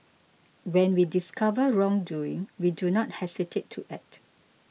when we discover wrongdoing we do not hesitate to act